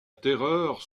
terreur